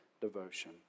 devotion